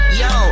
yo